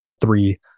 three